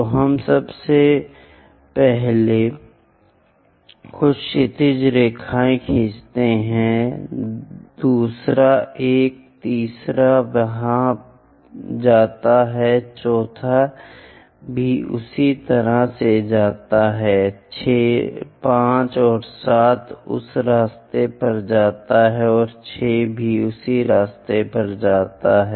तो हम पहले कुछ क्षैतिज रेखाएँ खींचते हैं दूसरा एक तीसरा वहाँ जाता है चौथा भी उसी तरह से जाता है 5 और 7 उस रास्ते में जाता है और 6 भी उसी रास्ते से जाता है